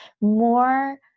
more